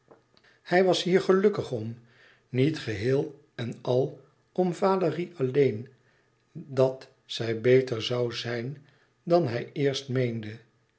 hij was hier gelukkig om niet geheel en al om valérie alleen dat zij beter zoû zijn dan hij eerst meende